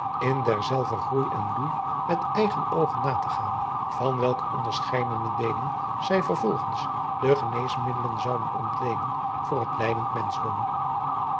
in derzelver groei en bloei met eigen oogen nategaan van welker onderscheiden deelen zij vervolgens de geneesmiddeten zouden ontleenen voor het lijdend